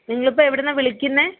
നിങ്ങൾ ഇപ്പം എവിടെ നിന്നാണ് വിളിക്കുന്നത്